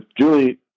Julie